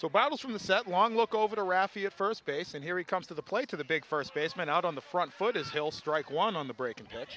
so bottles from the set long look over the raffi at first base and here he comes to the plate to the big first baseman out on the front foot is hill strike one on the break in